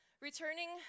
Returning